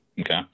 Okay